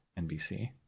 nbc